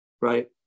right